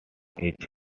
each